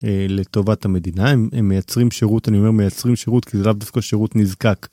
לטובת המדינה הם מייצרים שירות אני אומר מייצרים שירות כי זה לאו דווקא שירות נזקק.